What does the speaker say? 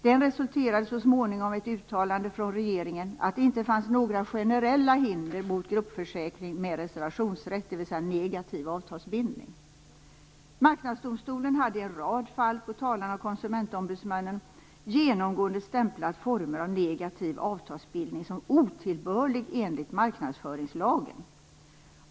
Den resulterade så småningom i ett uttalande från regeringen att det inte fanns några generella hinder mot gruppsakförsäkring med reservationsrätt, dvs. negativ avtalsbindning. Konsumentombudsmannen genomgående stämplat former av negativ avtalsbildning som otillbörlig enligt marknadsföringslagen.